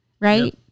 Right